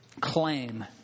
claim